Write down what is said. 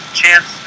chance